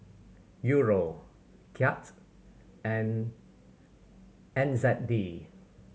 Euro Kyat and N Z D